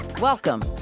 Welcome